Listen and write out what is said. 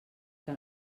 que